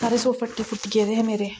सारे सूट फट्टी गेदे हे